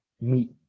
meat